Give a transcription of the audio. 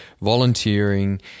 volunteering